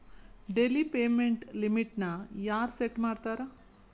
daily payment ಲಿಮಿಟ್ನ ಯಾರ್ set ಮಾಡ್ತಾರಾ